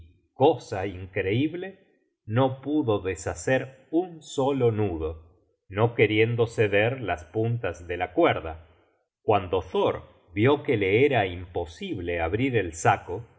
cosa increible no pudo deshacer un solo nudo no queriendo ceder las puntas de la cuerda cuando thor vió que le era imposible abrir el saco la